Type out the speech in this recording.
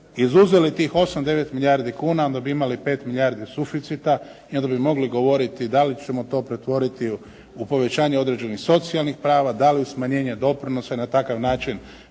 izuzeli tih 8, 9 milijardi kuna, onda bi imali 5 milijardi suficita i onda bi mogli govoriti da li ćemo to pretvoriti u povećanje određenih socijalnih prava, dali od smanjenja doprinosa i na takav način